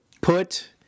put